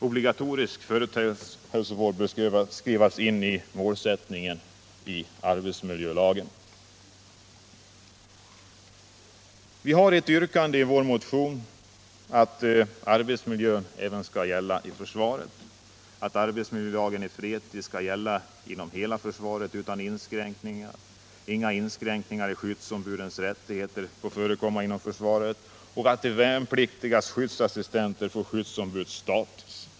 Obligatorisk företagshälsovård bör skrivas in som målsättning i arbetsmiljölagen. I vår motion 1976/77:1676 har vi ett yrkande om att arbetsmiljölagen i fredstid skall gälla inom hela försvaret utan inskränkningar, att inga inskränkningar i skyddsombudets rättigheter får förekomma inom försvaret och att de värnpliktiga skyddsassistenterna får skyddsombuds status.